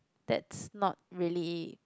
that's not really